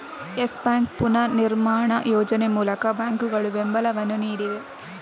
Yes Bank ಪುನರ್ನಿರ್ಮಾಣ ಯೋಜನೆ ಮೂಲಕ ಬ್ಯಾಂಕುಗಳು ಬೆಂಬಲವನ್ನು ನೀಡಿವೆ